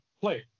play